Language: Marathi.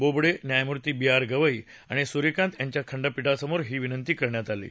बोबडे न्यायमूर्ती बी आर गवई आणि सूर्यकांत यांच्या खंडपीठासमोर ही विनंती करण्यात आली आहे